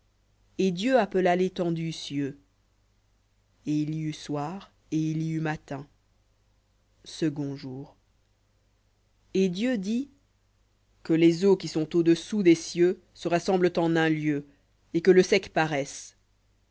et dieu appela l'étendue cieux et il y eut soir et il y eut matin second jour et dieu dit que les eaux au-dessous des cieux se rassemblent en un lieu et que le sec paraisse